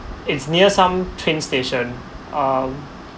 it's near some train station um